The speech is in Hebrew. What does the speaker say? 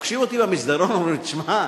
פוגשים אותי במסדרון ואומרים לי: תשמע,